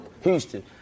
Houston